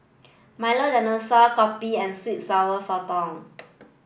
Milo Dinosaur Kopi and sweet and sour sotong